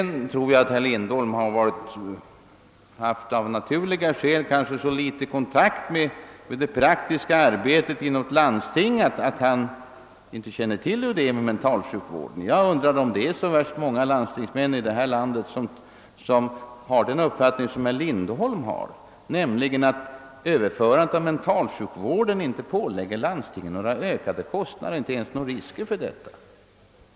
Jag tror att herr Lindholm av naturliga skäl haft så ringa kontakt med det praktiska arbetet inom landstingen att han inte känner till hur det ligger till med mentalsjukvården. Jag undrar om det är så värst många landstingsmän i detta land som hyser samma uppfattning som herr Lindholm, nämligen att överförandet av mentalsjukvården inte skulle pålägga landstingen några ökade kost nader, inte ens några risker härför.